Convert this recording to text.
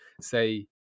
say